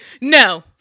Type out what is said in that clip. No